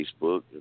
Facebook